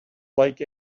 like